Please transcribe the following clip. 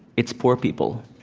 it's poor people,